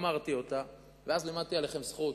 אמרתי אותה, ואז לימדתי עליכם זכות,